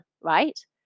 right